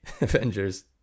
Avengers